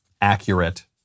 accurate